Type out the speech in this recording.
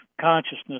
consciousness